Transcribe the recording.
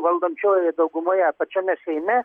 valdančiojoje daugumoje pačiame seime